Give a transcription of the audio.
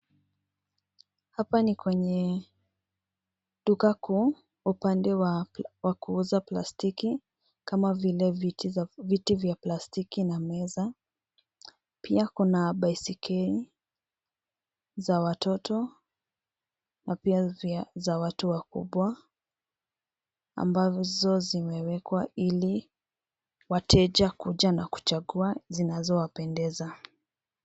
Hapa ni kwenye duka kuu upande wa kuuza plastiki kama vile viti vya plastiki, na meza pia kuna baisikeli za watoto na pia vya watu wakubwa ambazo zimewekwa hili wateja kuja na kuchangua zinazowapendeza.